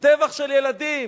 טבח של ילדים.